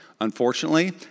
Unfortunately